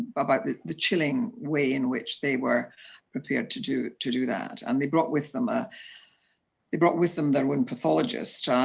about the the chilling way in which they were prepared to do to do that, and they brought with them ah they brought with them their own pathologist,